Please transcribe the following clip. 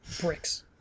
bricks